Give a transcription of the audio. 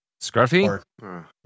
Scruffy